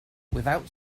without